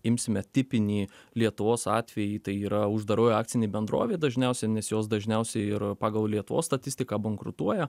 imsime tipinį lietuvos atvejį tai yra uždaroji akcinė bendrovė dažniausiai nes jos dažniausiai ir pagal lietuvos statistiką bankrutuoja